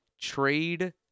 trade